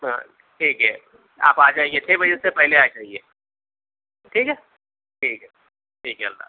ہاں ٹھیک ہے آپ آ جائیے چھ بجے سے پہلے آ جائیے ٹھیک ہے ٹھیک ہے ٹھیک ہے اللہ حافظ